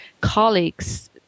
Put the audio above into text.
colleagues